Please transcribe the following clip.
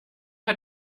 hat